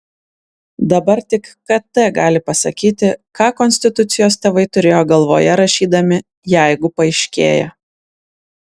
dabar tik kt gali pasakyti ką konstitucijos tėvai turėjo galvoje rašydami jeigu paaiškėja